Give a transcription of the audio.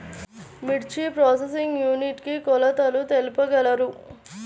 మిర్చి processing unit కి కొలతలు తెలుపగలరు?